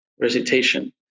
recitation